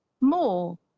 more